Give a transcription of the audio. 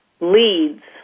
leads